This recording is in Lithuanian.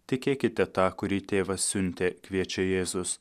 tikėkite tą kurį tėvas siuntė kviečia jėzus